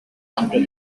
after